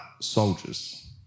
soldiers